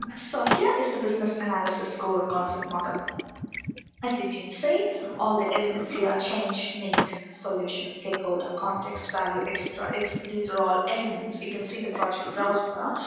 so here is the business analysis core concept model as you can see all the elements here change, need, solution, stakeholder, context, value etc. it's these are all elements you can see the project browser,